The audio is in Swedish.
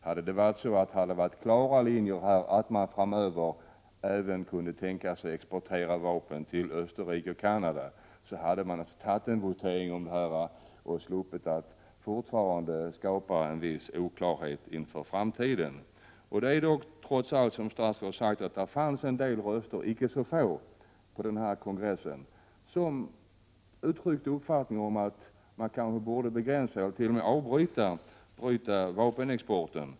Hade partistyrelsen en klar åsikt att framöver kunna tänka sig att exportera vapen till även Österrike och Canada, hade den naturligtvis begärt votering om frågan och sluppit en oklarhet inför framtiden. Trots allt som statsrådet sagt fanns det en del röster — icke så få — på kongressen som uttryckte uppfattningen att man kanske borde begränsa eller t.o.m. avbryta vapenexporten.